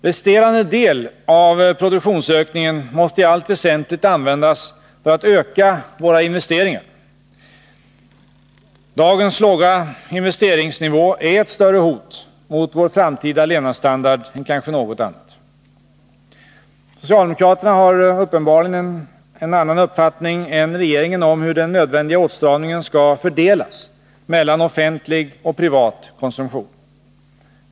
Resterande del av produktionsökningen måste i allt väsentligt användas för att öka våra investeringar. Dagens låga investeringsnivå är ett större hot mot vår framtida levnadsstandard än kanske något annat. Socialdemokraterna har uppenbarligen en annan uppfattning än regeringen om hur den nödvändiga åtstramningen skall fördelas mellan offentlig och privat konsumtion.